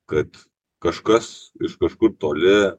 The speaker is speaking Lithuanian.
kad kažkas iš kažkur toli